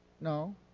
No